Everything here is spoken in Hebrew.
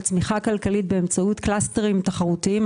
צמיחה כלכלית באמצעות קלסטרים תחרותיים,